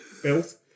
built